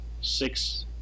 six